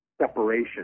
separation